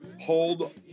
hold